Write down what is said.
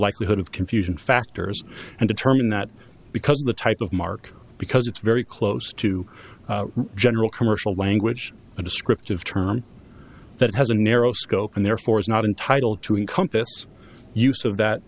likelihood of confusion factors and determine that because of the type of mark because it's very close to general commercial language a descriptive term that has a narrow scope and therefore is not entitled to encompass use of that